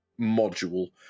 module